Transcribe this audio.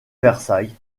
versailles